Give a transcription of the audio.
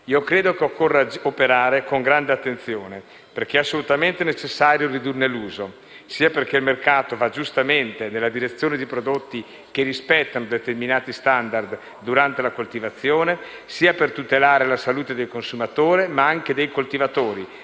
Io credo che occorra operare con grande attenzione, perché è assolutamente necessario ridurne l'uso, sia perché il mercato va giustamente nella direzione di prodotti che rispettano determinati *standard* durante la coltivazione, sia per tutelare la salute del consumatore, ma anche dei coltivatori,